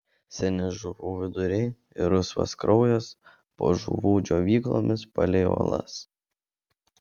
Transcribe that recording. seni žuvų viduriai ir rusvas kraujas po žuvų džiovyklomis palei uolas